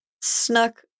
snuck